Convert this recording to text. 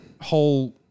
whole